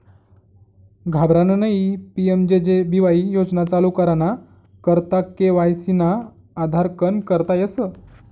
घाबरानं नयी P M J J B Y योजना चालू कराना करता के.वाय.सी ना आधारकन करता येस